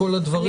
הדברים.